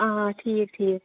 آ ٹھیٖک ٹھیٖک